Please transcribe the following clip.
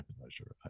pleasure